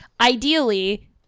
ideally